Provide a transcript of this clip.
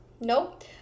nope